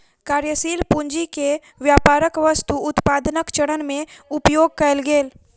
कार्यशील पूंजी के व्यापारक वस्तु उत्पादनक चरण में उपयोग कएल गेल